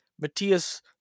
Matthias